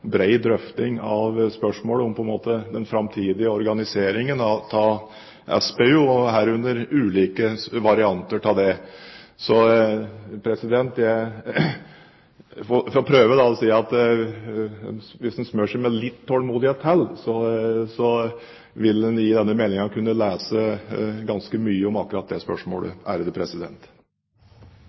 bred drøfting av spørsmålet om den framtidige organiseringen av SPU og herunder ulike varianter av det. Så jeg prøver å si at hvis en smører seg med litt tålmodighet til, vil en i denne meldingen kunne lese ganske mye om akkurat det spørsmålet.